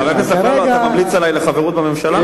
חבר הכנסת אפללו, אתה ממליץ עלי לחברות בממשלה?